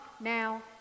now